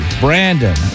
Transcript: Brandon